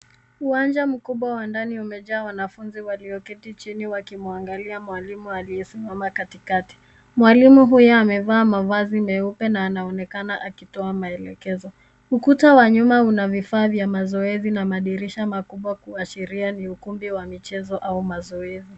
Uwanja mkubwa wa ndani umejaa wanafunzi walioketi chini wakimwangalia mwalimu aliyesimama katikati. Mwalimu huyo amevaa mavazi meupe na anaonekana akitoa maelekezo. Ukuta wa nyuma una vifaa vya mazoezi na madirisha makubwa kuashiria ni ukumbi wa michezo au mazoezi.